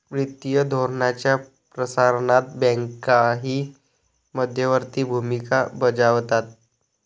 वित्तीय धोरणाच्या प्रसारणात बँकाही मध्यवर्ती भूमिका बजावतात